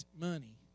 money